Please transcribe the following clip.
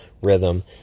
rhythm